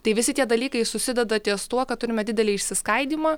tai visi tie dalykai susideda ties tuo kad turime didelį išsiskaidymą